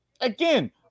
again